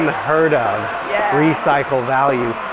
unheard of recycle value.